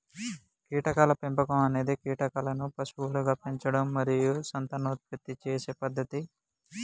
కీటకాల పెంపకం అనేది కీటకాలను పశువులుగా పెంచడం మరియు సంతానోత్పత్తి చేసే పద్ధతి